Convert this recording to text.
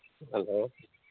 hello